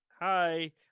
Hi